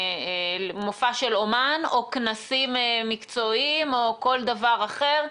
מופע של אומן או כנסים מקצועיים או כל דבר אחר,